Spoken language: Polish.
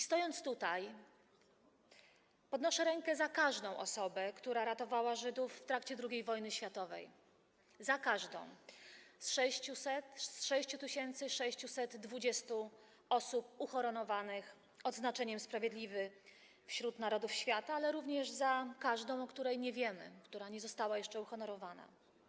Stojąc tutaj, podnoszę rękę za każdą osobę, która ratowała Żydów w trakcie II wojny światowej, za każdą z 6620 osób uhonorowanych odznaczeniem Sprawiedliwy wśród Narodów Świata, ale również za każdą, o której nie wiemy, która nie została jeszcze uhonorowana.